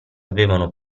avevano